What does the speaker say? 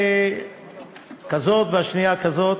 האחת כזאת והשנייה כזאת,